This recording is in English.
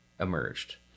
emerged